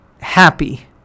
happy